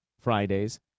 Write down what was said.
Fridays